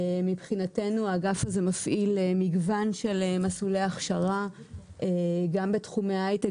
מבחינתנו האגף הזה מפעיל מגוון של מסלולי הכשרה גם בתחומי ההיי-טק